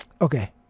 Okay